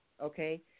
okay